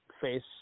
face